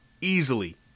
easily